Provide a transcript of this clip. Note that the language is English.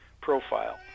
profile